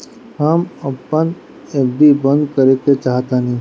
हम अपन एफ.डी बंद करेके चाहातानी